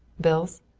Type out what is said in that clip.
bills?